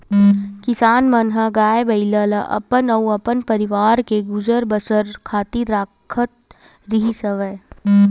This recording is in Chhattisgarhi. किसान मन ह गाय, बइला ल अपन अउ अपन परवार के गुजर बसर खातिर राखत रिहिस हवन